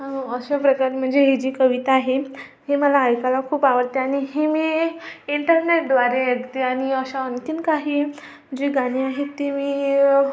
अशा प्रकारे म्हणजे ही जी कविता आहे हे मला ऐकायला खूप आवडते आणि हे मी इंटरनेटद्वारे ऐकते आणि अशा आणखीन काही जी गाणी आहेत ती मी